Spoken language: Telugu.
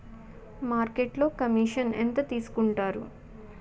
మార్కెట్లో కమిషన్ ఎంత తీసుకొంటారు?